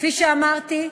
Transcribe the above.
כפי שאמרתי,